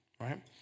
right